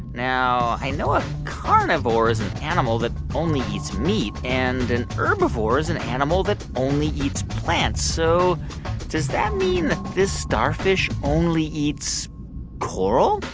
now, i know a carnivore is an animal that only eats meat. and an herbivore is an animal that only eats plants. so does that mean that this starfish only eats coral?